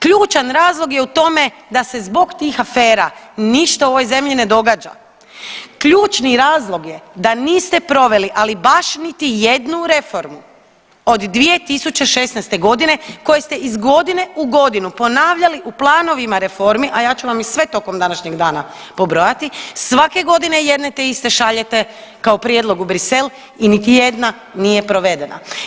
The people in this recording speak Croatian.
Ključan razlog je u tome da se zbog tih afera ništa u ovoj zemlji ne događa, ključni razlog je da niste proveli, ali baš niti jednu reformu od 2016.g. koje ste iz godine u godinu ponavljali u planovima reformi, a ja ću vam ih sve tokom današnjeg dana pobrojati, svake godine jedne te iste šaljete kao prijedlogu Bruxelles i niti jedna nije provedena.